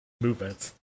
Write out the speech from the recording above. movements